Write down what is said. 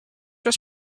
was